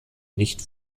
nicht